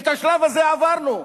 את השלב הזה עברנו.